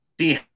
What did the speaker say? see